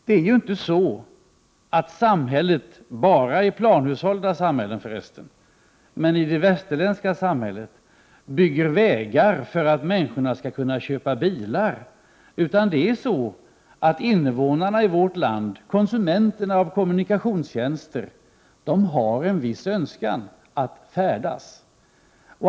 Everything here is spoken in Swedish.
Det är ju inte så att man i det västerländska samhället, förresten bara i samhällen med planhushållning, bygger vägar för att människorna skall kunna köpa bilar. Invånarna i vårt land, konsumenterna av kommunikationstjänster, har en viss önskan att färdas.